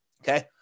Okay